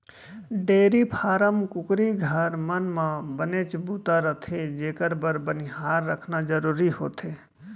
dairy farm, कुकरी घर, मन म बनेच बूता रथे जेकर बर बनिहार रखना जरूरी होथे